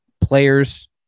players